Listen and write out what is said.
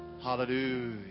Hallelujah